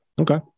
Okay